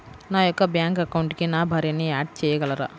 నా యొక్క బ్యాంక్ అకౌంట్కి నా భార్యని యాడ్ చేయగలరా?